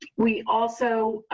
we also